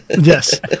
yes